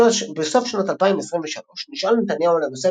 בסוף שנת 2023 נשאל נתניהו על הנושא